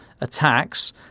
attacks